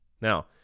Now